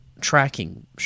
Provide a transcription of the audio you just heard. tracking